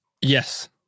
Yes